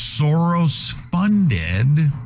Soros-funded